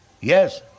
Yes